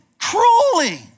cruelly